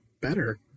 better